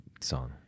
song